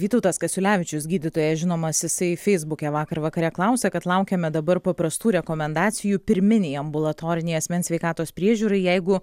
vytautas kasiulevičius gydytojas žinomas jisai feisbuke vakar vakare klausė kad laukiame dabar paprastų rekomendacijų pirminei ambulatorinei asmens sveikatos priežiūrai jeigu